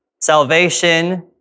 Salvation